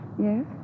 Yes